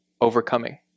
overcoming